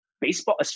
baseball